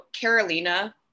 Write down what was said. Carolina